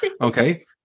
Okay